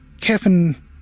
Kevin